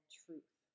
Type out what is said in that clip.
truth